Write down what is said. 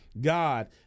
God